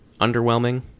underwhelming